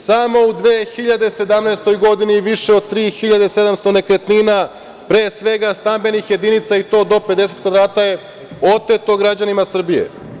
Samo u 2017. godini više od 3.700 nekretnina, pre svega stambenih jedinica i to do 50 kvadrata je oteto građanima Srbije.